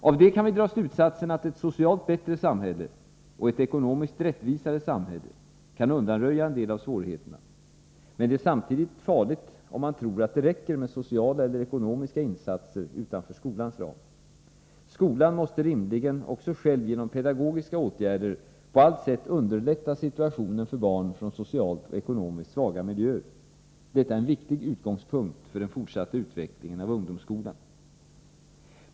Av det kan vi dra slutsatsen att ett socialt bättre samhälle, och ett ekonomiskt rättvisare samhälle, kan undanröja en del av svårigheterna. Men det är samtidigt farligt om man tror att det räcker med sociala eller ekonomiska insatser utanför skolans ram. Skolan måste rimligen också själv genom pedagogiska åtgärder på allt sätt underlätta situationen för barn från socialt och ekonomiskt svaga miljöer. Detta är en viktig utgångspunkt för den fortsatta utvecklingen av ungdomsskolan.